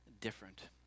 different